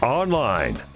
online